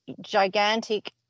gigantic